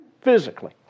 physically